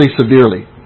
severely